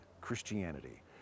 Christianity